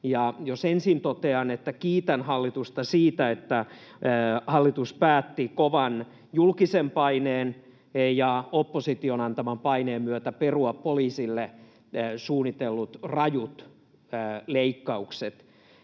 Jos ensin totean, että kiitän hallitusta siitä, että hallitus päätti kovan julkisen paineen ja opposition antaman paineen myötä perua poliisille suunnitellut rajut leikkaukset.